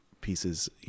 pieces